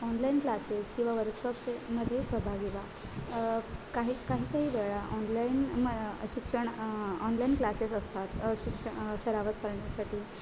online classes किंवा वर्कशॉप्समध्ये सहभागी व्हा काही काही काही वेळा ऑनलाईन म शिक्षण ऑनलाईन क्लासेस असतात शिक्षण सरावच करण्यासाठी